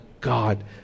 God